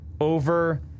over